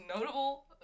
notable